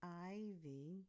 ivy